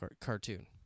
cartoon